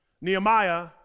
Nehemiah